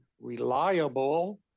reliable